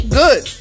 good